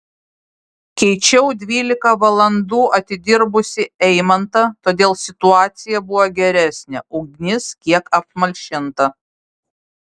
keičiau dvylika valandų atidirbusį eimantą todėl situacija buvo geresnė ugnis kiek apmalšinta